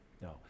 No